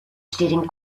staring